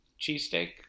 cheesesteak